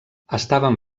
estaven